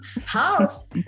house